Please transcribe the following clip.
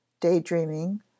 Daydreaming